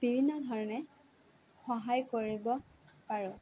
বিভিন্ন ধৰণে সহায় কৰিব পাৰোঁ